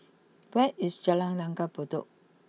where is Jalan Langgar Bedok